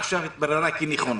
עכשיו התבררה כנכונה.